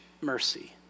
mercy